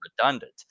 redundant